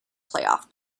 playoff